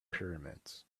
pyramids